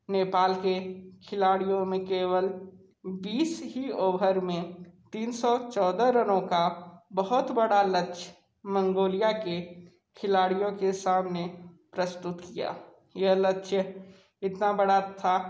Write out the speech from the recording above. नेपाल के खिलाड़ियों में केवल बीस ही ओवर में तीन सौ चौदह रनों का बहुत बड़ा लक्ष्य मंगोलिया के खिलायों के सामने प्रस्तुत किया यह लक्ष्य इतना बड़ा था